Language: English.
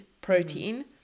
protein